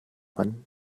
wann